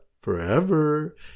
forever